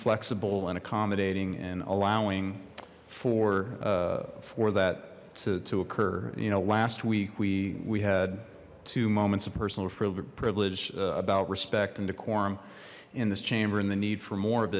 flexible and accommodating and allowing for for that to occur you know last week we we had two moments of personal privilege about respect and decorum in this chamber and the need for more